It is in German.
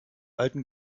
alten